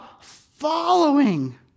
following